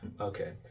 Okay